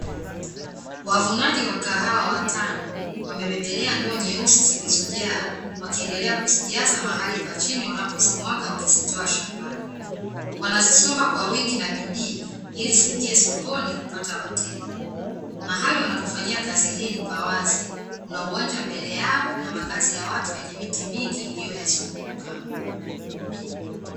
Wavunaji wa kahawa watano wamebebelea ndoo nyeusi zilizojaa, wakiendelea kuzijaza mahali pa chini wanapozimwaga wakizitoa shambani, wanazisomba kwa wingi na bidii ili ziingie sokoni kupata wateja; mahali wanapofanyia kazi hii ni pa wazi, kuna uwanja mbele yao na makazi ya watu yenye miti mingi iliyowazunguka.